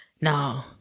no